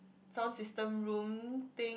sound system room thing